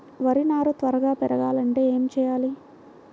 వరి నారు త్వరగా పెరగాలంటే ఏమి చెయ్యాలి?